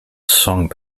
song